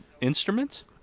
instruments